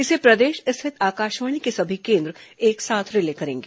इसे प्रदेश स्थित आकाशवाणी के सभी केन्द्र एक साथ रिले करेंगे